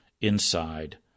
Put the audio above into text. inside